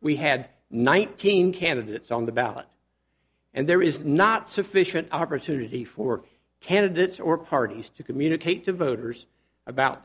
we had nineteen candidates on the ballot and there is not sufficient opportunity for candidates or parties to communicate to voters about